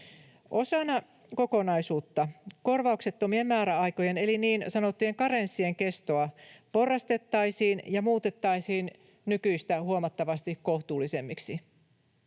Osana kokonaisuutta korvauksettomien määräaikojen eli niin sanottujen karenssien kestoa porrastettaisiin ja muutettaisiin nykyistä huomattavasti kohtuullisemmiksi.